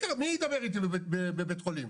מי ידבר איתי בבית חולים?